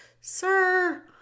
Sir